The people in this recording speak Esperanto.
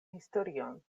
historion